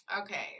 Okay